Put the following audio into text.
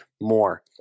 more